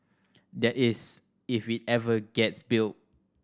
that is if it ever gets built